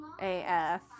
AF